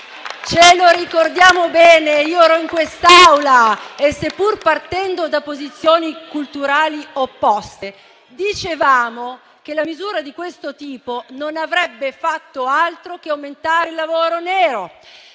Ce lo ricordiamo bene (io ero in quest'Aula): seppur partendo da posizioni culturali opposte, dicevamo che una misura di quel tipo non avrebbe fatto altro che aumentare il lavoro nero;